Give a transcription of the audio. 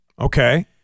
Okay